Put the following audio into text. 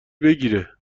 بگیره